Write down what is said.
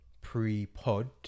pre-Pod